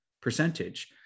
percentage